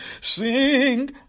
Sing